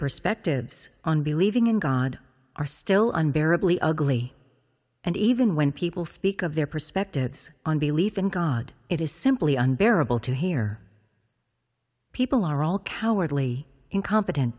perspectives on believing in god are still unbearably ugly and even when people speak of their perspectives on belief in god it is simply unbearable to hear people are all cowardly incompetent